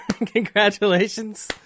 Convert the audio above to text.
Congratulations